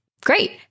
great